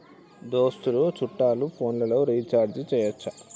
దోస్తులు చుట్టాలు ఫోన్లలో రీఛార్జి చేయచ్చా?